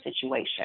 situation